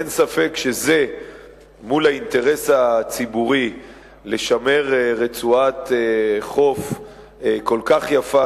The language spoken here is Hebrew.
אין ספק שזה מול האינטרס הציבורי לשמר רצועת חוף כל כך יפה,